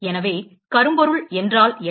எனவே கரும்பொருள் என்றால் என்ன